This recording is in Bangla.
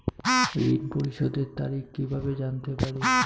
ঋণ পরিশোধের তারিখ কিভাবে জানতে পারি?